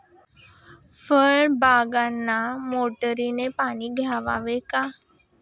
फळबागांना मोटारने पाणी द्यावे का?